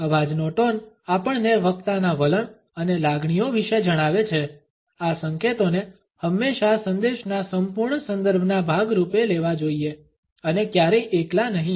અવાજનો ટોન આપણને વક્તાના વલણ અને લાગણીઓ વિશે જણાવે છે આ સંકેતોને હંમેશા સંદેશના સંપૂર્ણ સંદર્ભના ભાગ રૂપે લેવા જોઈએ અને ક્યારેય એકલા નહીં